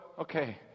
okay